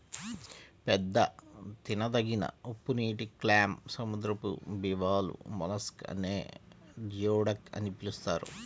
పెద్ద తినదగిన ఉప్పునీటి క్లామ్, సముద్రపు బివాల్వ్ మొలస్క్ నే జియోడక్ అని పిలుస్తారు